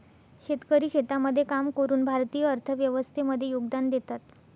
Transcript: शेतकरी शेतामध्ये काम करून भारतीय अर्थव्यवस्थे मध्ये योगदान देतात